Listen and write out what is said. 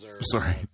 sorry